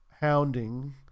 hounding